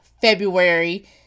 February